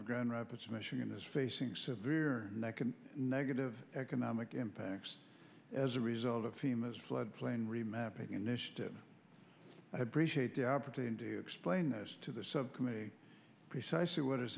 of grand rapids michigan is facing severe neck and negative economic impacts as a result of femurs floodplain remapping initiative i had the opportunity to explain this to the subcommittee precisely what is